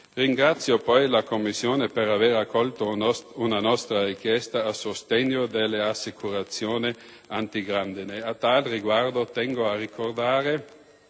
Ringrazio poi la Commissione per aver accolto una nostra richiesta a sostegno delle assicurazioni antigrandine. Fino al 2008, infatti,